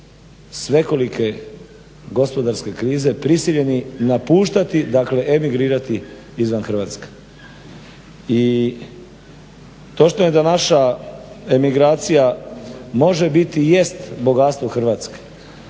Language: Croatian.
svekolike gospodarske krize prisiljeni napuštati, dakle emigrirati izvan Hrvatske. I točno je da naša emigracija može biti i jest bogatstvo Hrvatske.